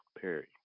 Perry